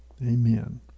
Amen